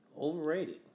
Overrated